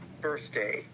birthday